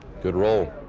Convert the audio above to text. good roll.